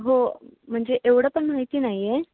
हो म्हणजे एवढं पण माहिती नाही आहे